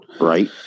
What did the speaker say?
Right